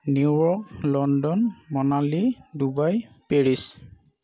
new York London Manali Dubai Paris